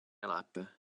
lépe